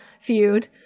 feud